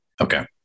Okay